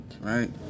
Right